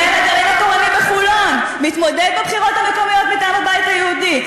מנהל הגרעין התורני בחולון מתמודד בבחירות המקומיות מטעם הבית היהודי,